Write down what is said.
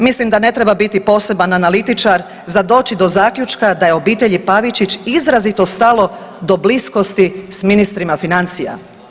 Mislim da ne treba biti poseban analitičar za doći do zaključka da je obitelji Pavičić izrazito stalo do bliskosti s ministrima financija.